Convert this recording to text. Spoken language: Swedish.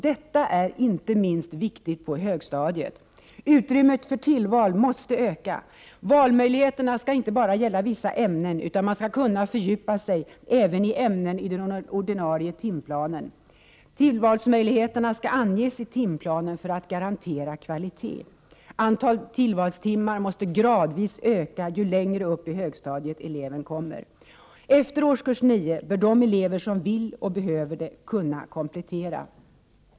Detta är inte minst viktigt på högstadiet. Utrymmet för tillval måste utökas. Valmöjligheterna skall inte bara gälla vissa ämnen, utan man skall kunna fördjupa sig även i ämnen i den ordinarie timplanen. Tillvalsmöjligheterna skall anges i timplanen för att garantera kvalitet. Antalet tillvalstimmar måste öka gradvis ju längre upp i högstadiet eleven kommer. Efter årskurs 9 bör de elever som vill och behöver det kunna komplettera.